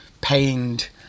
pained